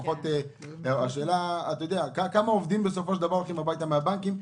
השאלה היא כמה עובדים הולכים הביתה מהבנקים?